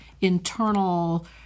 internal